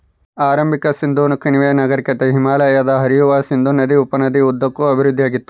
ಆರಂಭಿಕ ಸಿಂಧೂ ಕಣಿವೆ ನಾಗರಿಕತೆ ಹಿಮಾಲಯದಿಂದ ಹರಿಯುವ ಸಿಂಧೂ ನದಿ ಉಪನದಿ ಉದ್ದಕ್ಕೂ ಅಭಿವೃದ್ಧಿಆಗಿತ್ತು